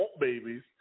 babies